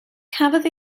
cafodd